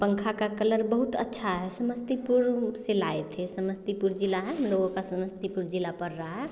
पंखे का कलर बहुत अच्छा है समस्तीपुर से लाए थे समस्तीपुर ज़िला है ना हम लोगों का समस्तीपुर ज़िला पड़ रहा है